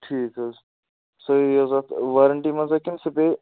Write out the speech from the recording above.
ٹھیٖک حظ صحیح حظ اَتھ وارَنٹی منٛز ہا کِنہٕ سُہ پےٚ